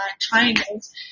triangles